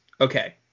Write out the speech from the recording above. okay